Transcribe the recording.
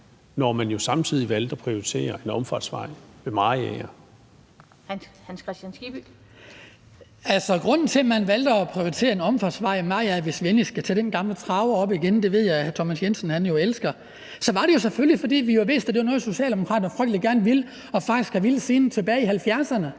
Kl. 19:13 Hans Kristian Skibby (DF): Altså, grunden til, at man valgte at prioritere en omfartsvej ved Mariager, hvis vi endelig skal tage den gamle traver op igen – og det ved jeg at hr. Thomas Jensen elsker – var jo selvfølgelig, at vi vidste, at det var noget, Socialdemokraterne frygtelig gerne ville og faktisk har villet siden tilbage i 1970'erne.